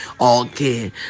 okay